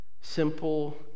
simple